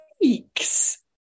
weeks